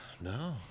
No